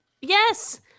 Yes